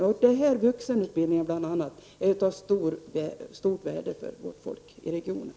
Bl.a. vuxenutbildningen är av stort värde för människorna i regionen.